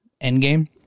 Endgame